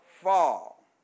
fall